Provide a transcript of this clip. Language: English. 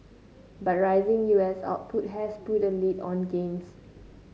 but rising U S output has put a lid on gains